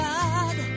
God